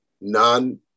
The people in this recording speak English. non